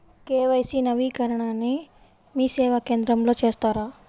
KYC నవీకరణని మీసేవా కేంద్రం లో చేస్తారా?